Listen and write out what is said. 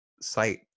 site